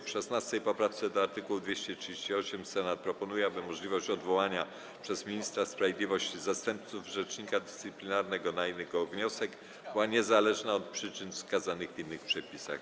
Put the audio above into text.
W 16. poprawce do art. 238 Senat proponuje, aby możliwość odwołania przez ministra sprawiedliwości zastępców rzecznika dyscyplinarnego na jego wniosek była niezależna od przyczyn wskazanych w innych przepisach.